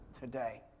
today